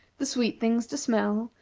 the sweet things to smell,